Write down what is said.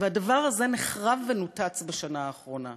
הדבר הזה נחרב ונותץ בשנה האחרונה.